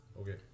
Okay